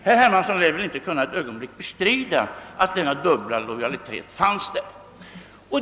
Herr Hermansson har inte heller kunnat bestrida att dena dubbla lojalitet fanns där.